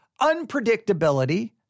unpredictability